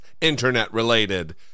internet-related